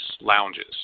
lounges